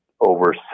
over